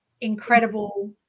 incredible